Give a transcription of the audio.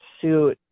suit